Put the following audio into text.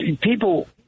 people